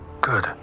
Good